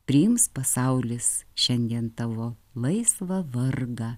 priims pasaulis šiandien tavo laisvą vargą